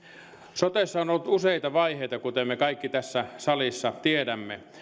sotessa on ollut useita vaiheita kuten me kaikki tässä salissa tiedämme